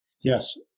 Yes